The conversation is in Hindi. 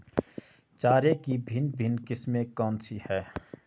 चारे की भिन्न भिन्न किस्में कौन सी हैं?